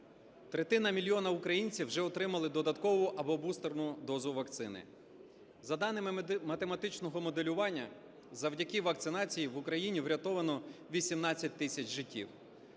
Третина мільйона українців вже отримали додаткову або бустерну дозу вакцини. За даними математичного моделювання, завдяки вакцинації в Україні врятовано 18 тисяч життів,